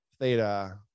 theta